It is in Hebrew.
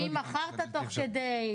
ואם מכרת תוך כדי,